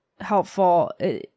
helpful